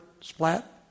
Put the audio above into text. Splat